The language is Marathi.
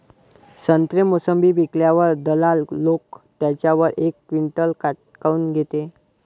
संत्रे, मोसंबी विकल्यावर दलाल लोकं त्याच्यावर एक क्विंटल काट काऊन घेते?